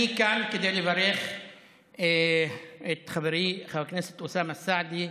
אני כאן כדי לברך את חברי חבר הכנסת אוסאמה סעדי,